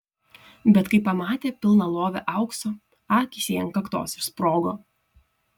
bet kai pamatė pilną lovį aukso akys jai ant kaktos išsprogo